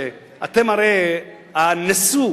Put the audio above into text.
שאתם הרי הנשוא,